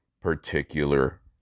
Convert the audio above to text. particular